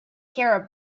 care